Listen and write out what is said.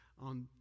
on